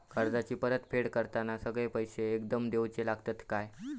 कर्जाची परत फेड करताना सगळे पैसे एकदम देवचे लागतत काय?